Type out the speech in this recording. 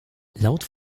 laut